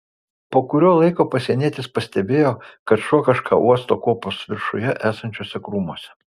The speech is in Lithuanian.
po kurio laiko pasienietis pastebėjo kad šuo kažką uosto kopos viršuje esančiuose krūmuose